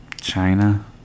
China